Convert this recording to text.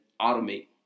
automate